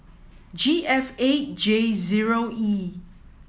G F A J zero E